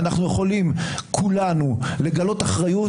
אנחנו יכולים כולנו לגלות אחריות,